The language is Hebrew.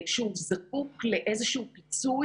מרכזי הון אנושי בכל הארץ,